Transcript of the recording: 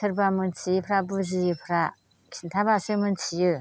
सोरबा मिथियैफ्रा बुजियैफ्रा खिन्थाबासो मिथियो